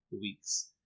weeks